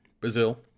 Brazil